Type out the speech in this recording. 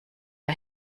der